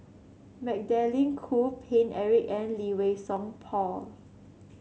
Magdalene Khoo Paine Eric and Lee Wei Song Paul